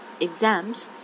exams